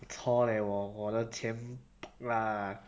cor leh 我我的钱 pok ah